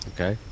Okay